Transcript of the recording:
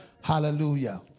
Hallelujah